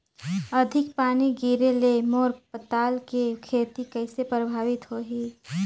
अधिक पानी गिरे ले मोर पताल के खेती कइसे प्रभावित होही?